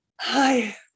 hi